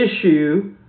issue